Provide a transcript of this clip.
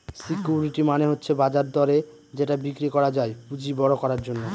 security মানে হচ্ছে বাজার দরে যেটা বিক্রি করা যায় পুঁজি বড়ো করার জন্য